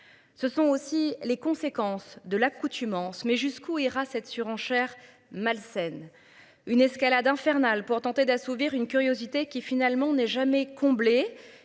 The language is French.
Ce sont aussi les conséquences de l'accoutumance. Mais jusqu'où ira cette surenchère malsaine une escalade infernale pour tenter d'assouvir une curiosité qui finalement n'est jamais comblé